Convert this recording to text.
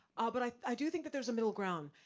ah but i do think that there's a middle ground.